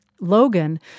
Logan